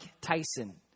Tyson